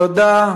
תודה.